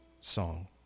song